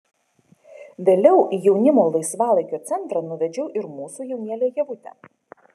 vėliau į jaunimo laisvalaikio centrą nuvedžiau ir mūsų jaunėlę ievutę